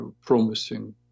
promising